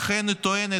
לכן היא טוענת,